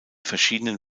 verschiedenen